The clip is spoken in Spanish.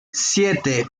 siete